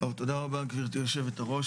תודה רבה גברתי יושבת הראש,